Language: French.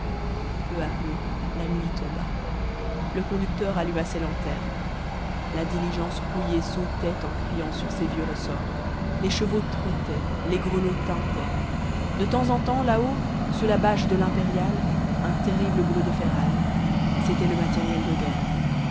peu à peu la nuit tomba le conducteur alluma ses lanternes la diligence rouillée sautait en criant sur ses vieux ressorts les chevaux trottaient les grelots tintaient de temps en temps là-haut sous la bâche de l'impériale un terrible bruit de ferraille c'était le matériel de guerre